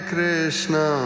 Krishna